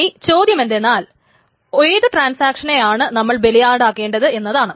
ഇനി ചോദ്യം എന്തെന്നാൽ ഏതു ട്രാൻസാക്ഷനെയാണ് നമ്മൾ ബലിയാടാക്കേണ്ടത് എന്നതാണ്